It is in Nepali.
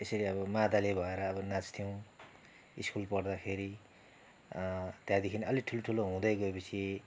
यसरी अब मादले भएर अब नाँच्थ्यौँ स्कुल पढ्दाखेरि त्यहाँदेखि अलि ठुल्ठुलो हुँदै गएपछि